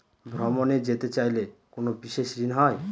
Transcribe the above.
ভ্রমণে যেতে চাইলে কোনো বিশেষ ঋণ হয়?